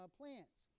plants